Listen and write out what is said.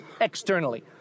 externally